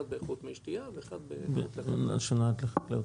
אחד באיכות מי שתייה ואחד שנועד לחקלאות.